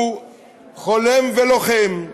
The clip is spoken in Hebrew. הוא חולם ולוחם,